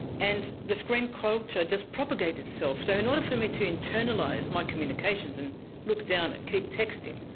and the screen culture just propagates itself. so in order for me to internalise my communications and look down and keep texting,